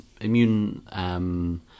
immune